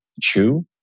chew